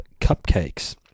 cupcakes